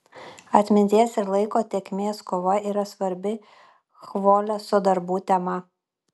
atminties ir laiko tėkmės kova yra svarbi chvoleso darbų tema